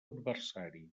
adversari